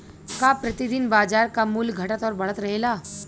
का प्रति दिन बाजार क मूल्य घटत और बढ़त रहेला?